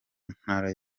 ntara